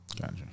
gotcha